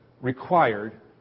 required